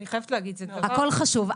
אני חייבת להגיד -- הכל חשוב,